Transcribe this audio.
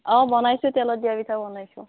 অ' বনাইছোঁ তেলত দিয়া পিঠা বনাইছোঁ